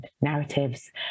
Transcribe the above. narratives